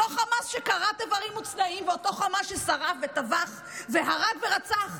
אותו חמאס שכרת איברים מוצנעים ואותו חמאס ששרף וטבח והרג ורצח.